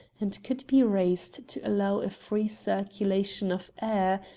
and could be raised to allow a free circulation of air,